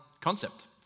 concept